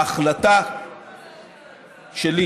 ההחלטה שלי